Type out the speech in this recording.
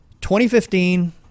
2015